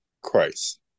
Christ